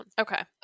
Okay